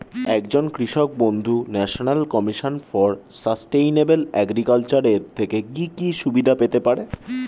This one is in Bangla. একজন কৃষক বন্ধু National Commission for Sustainable Agriculture এর থেকে কি কি সুবিধা পেতে পারে?